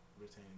retaining